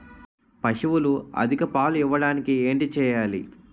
పశువులు అధిక పాలు ఇవ్వడానికి ఏంటి చేయాలి